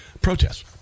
protests